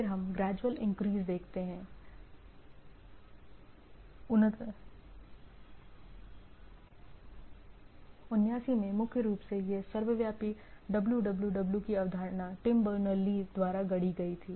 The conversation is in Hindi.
फिर हम ग्रैजुअल इंक्रीज देखते हैं 89 में मुख्य रूप से यह सर्वव्यापी डब्ल्यूडब्ल्यूडब्ल्यू की अवधारणा टिम बर्नर्स ली द्वारा गढ़ी गई थी